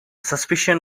suspicion